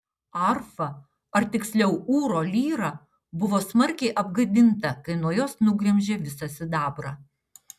arfa ar tiksliau ūro lyra buvo smarkiai apgadinta kai nuo jos nugremžė visą sidabrą